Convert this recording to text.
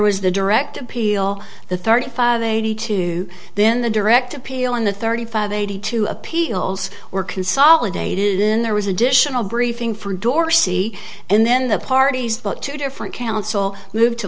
was the direct appeal the thirty five eighty two then the direct appeal and the thirty five eighty two appeals were consolidated then there was additional briefing from dorsey and then the parties the two different counsel moved to